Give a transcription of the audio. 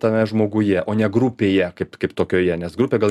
tame žmoguje o ne grupėje kaip kaip tokioje nes grupė gal